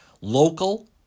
local